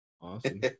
Awesome